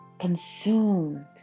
consumed